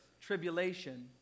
tribulation